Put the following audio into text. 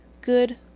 good